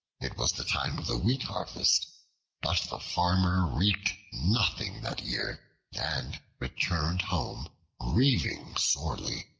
it was the time of the wheat harvest but the farmer reaped nothing that year and returned home grieving sorely.